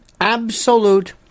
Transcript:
absolute